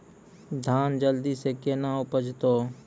धान जल्दी से के ना उपज तो?